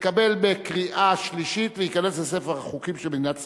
נתקבל בקריאה שלישית וייכנס לספר החוקים של מדינת ישראל.